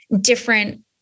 different